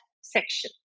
section